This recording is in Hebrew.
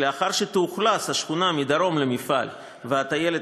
שלאחר שתאוכלס השכונה מדרום למפעל והטיילת